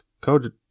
code